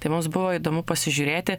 tai mums buvo įdomu pasižiūrėti